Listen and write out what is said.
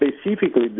specifically